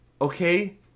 okay